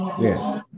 Yes